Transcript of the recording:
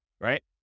right